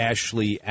Ashley